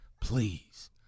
Please